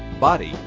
body